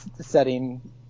setting